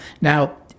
now